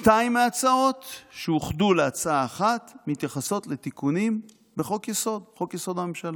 שתיים מההצעות שאוחדו להצעה אחת מתייחסות לתיקונים בחוק-יסוד: הממשלה.